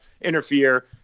interfere